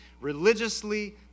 religiously